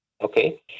Okay